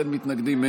אין מתנגדים,